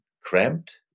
cramped